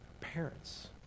Parents